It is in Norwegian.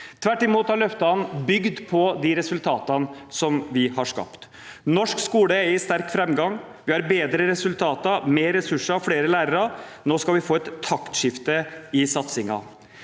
Tvert imot har løftene bygd på de resultatene som vi har skapt. Norsk skole er i sterk framgang, vi har bedre resultater, mer ressurser, flere lærere. Nå skal vi få et taktskifte i satsingen.